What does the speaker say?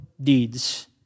deeds